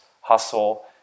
hustle